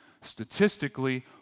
Statistically